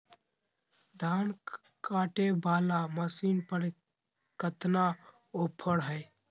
धान कटे बाला मसीन पर कतना ऑफर हाय?